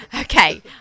Okay